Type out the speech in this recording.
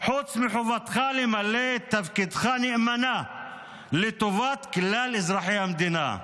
חוץ מחובתך למלא את תפקידך נאמנה לטובת כלל אזרחי המדינה.